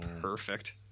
Perfect